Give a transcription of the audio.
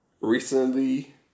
recently